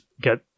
get